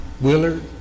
Willard